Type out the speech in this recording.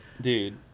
dude